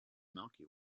milky